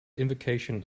invocation